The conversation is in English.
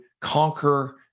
conquer